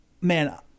man